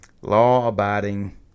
law-abiding